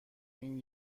این